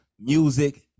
music